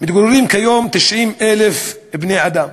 מתגוררים כיום 90,000 בני-אדם,